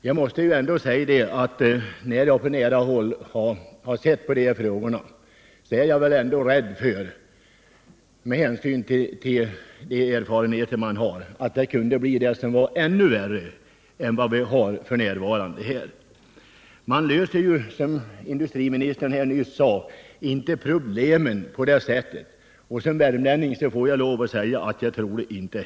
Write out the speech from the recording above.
Jag har på nära håll kunnat följa dessa frågor, och de erfarenheter jag därvid fått gör att jag är rädd för att vi med sådana åtgärder skulle kunna hamna i något som är ännu värre än vad vi f. n. har. Man löser ju, som industriministern nyss sade, inte problemen på det sättet. Den uppfattningen har jag också som värmlänning.